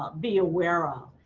ah be aware ah